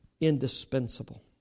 indispensable